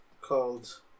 called